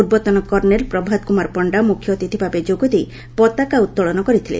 ପୂର୍ବତନ କର୍ଷେଲ ପ୍ରଭାତ କୁମାର ପଣ୍ତା ମୁଖ୍ୟ ଅତିଥି ଭାବେ ଯୋଗ ଦେଇ ପତାକା ଉତୋଳନ କରିଥିଲେ